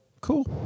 Cool